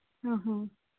ꯑꯣ